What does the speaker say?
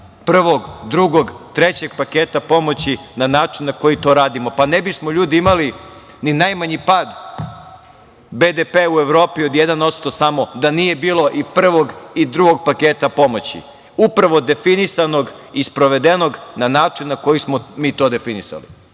prvog, drugog, trećeg paketa pomoći na način na koji to radimo. Ne bismo, ljudi, imali ni najmanji pad BDP-a u Evropi od 1% da nije bilo i prvog i drugog paketa pomoći, upravo definisanog i sprovedenog na način na koji smo mi to definisali.